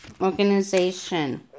Organization